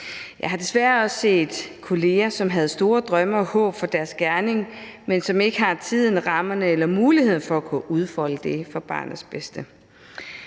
Jeg har desværre også set kolleger, som havde store drømme og håb for deres gerning, men som ikke har tiden, rammerne eller muligheden for at kunne udfolde det til barnets bedste.